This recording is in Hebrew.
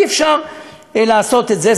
אי-אפשר לעשות את זה.